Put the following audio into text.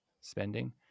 spending